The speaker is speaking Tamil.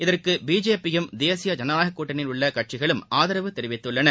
இதற்கு பிஜேபியும் தேசிய ஜனநாயக கூட்டணியில் உள்ள கட்சிகளும் ஆதரவு தெரிவித்துள்ளன